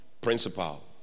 Principal